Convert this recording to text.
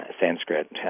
Sanskrit